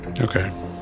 Okay